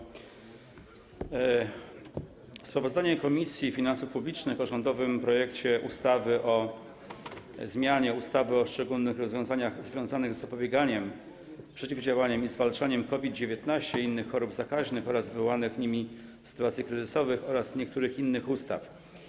Przedstawiam sprawozdanie Komisji Finansów Publicznych o rządowym projekcie ustawy o zmianie ustawy o szczególnych rozwiązaniach związanych z zapobieganiem, przeciwdziałaniem i zwalczaniem COVID-19, innych chorób zakaźnych oraz wywołanych nimi sytuacji kryzysowych oraz niektórych innych ustaw.